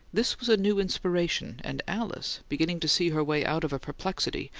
this was a new inspiration and alice, beginning to see her way out of a perplexity,